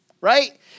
right